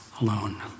alone